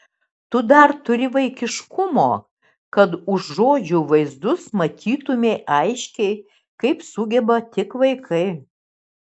tu dar turi vaikiškumo kad už žodžių vaizdus matytumei aiškiai kaip sugeba tik vaikai